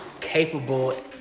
capable